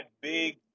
big